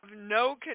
no